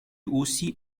aussi